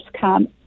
come